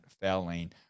failing